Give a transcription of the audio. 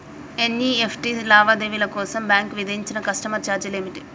NEFT లావాదేవీల కోసం bank విధించే కస్టమర్ ఛార్జీలు ఏమిటి?